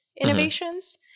innovations